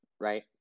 right